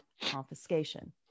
confiscation